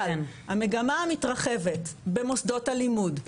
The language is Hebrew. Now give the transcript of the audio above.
אבל המגמה המתרחבת במוסדות הלימוד,